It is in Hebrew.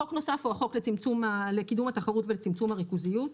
חוק נוסף הוא החוק לקידום התחרות ולצמצום הריכוזיות.